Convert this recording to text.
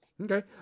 Okay